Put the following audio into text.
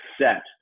set